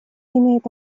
имеет